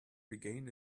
began